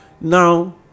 Now